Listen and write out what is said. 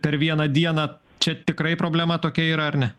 per vieną dieną čia tikrai problema tokia yra ar ne